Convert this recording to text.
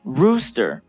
rooster 。